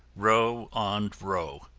row on row.